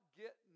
get